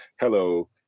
Hello